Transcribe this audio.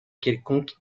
quelconque